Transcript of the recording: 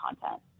content